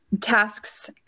tasks